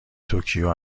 توکیو